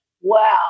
wow